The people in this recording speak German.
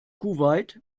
kuwait